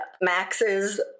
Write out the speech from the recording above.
Max's